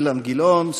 אילן גילאון,